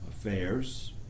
affairs